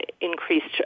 increased